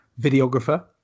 videographer